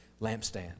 lampstand